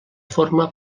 forma